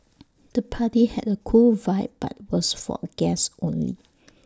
the party had A cool vibe but was for guests only